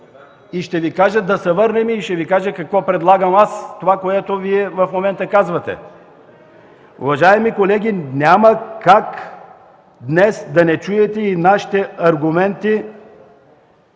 и много назад и ще Ви кажа какво предлагам аз – това, което Вие в момента казвате. Уважаеми колеги, няма как днес да не чуете и нашите аргументи,